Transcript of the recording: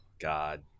God